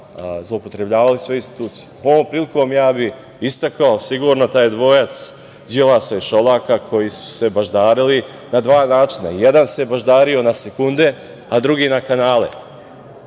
zloupotrebljavali sve institucije. Ovom prilikom, istakao bih, sigurno taj dvojac Đilasa i Šolaka koji su se baždarili na dva načina. Jedan se baždario na sekunde, a drugi na kanale,